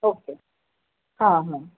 okay हां हां